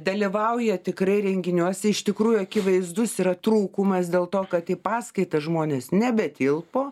dalyvauja tikrai renginiuose iš tikrųjų akivaizdus yra trūkumas dėl to kad į paskaitas žmonės nebetilpo